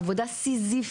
זו עבודה סיזיפית.